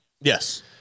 Yes